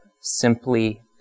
simply